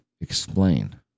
explain